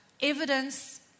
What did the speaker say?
evidence